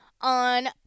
on